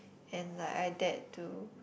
and like I dared to